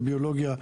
ביולוגיה,